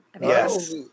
Yes